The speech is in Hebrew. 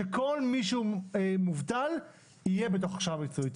שכל מי שהוא מובטל יהיה בתוך הכשרה מקצועית.